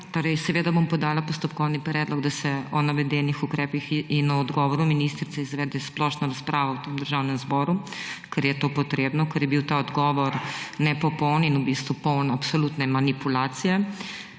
lepa. Seveda bom podala postopkovni predlog, da se o navedenih ukrepih in o odgovoru ministrice izvede splošna razprava v Državnem zboru, ker je to potrebno, ker je bil ta odgovor nepopoln in v bistvu poln absolutne manipulacije.